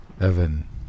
Evan